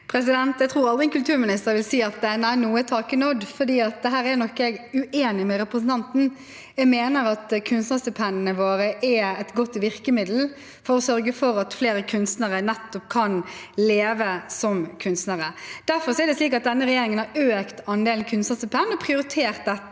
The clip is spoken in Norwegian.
Jeg tror al- dri en kulturminister vil si at nei, nå er taket nådd. Her er jeg nok uenig med representanten. Jeg mener at kunstnerstipendene våre er et godt virkemiddel for å sørge for at flere kunstnere nettopp kan leve som kunstnere. Derfor har denne regjeringen økt andelen kunstnerstipender og prioritert dette